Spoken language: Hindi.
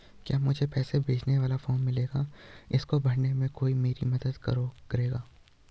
क्या मुझे पैसे भेजने वाला फॉर्म मिलेगा इसको भरने में कोई मेरी मदद करेगा?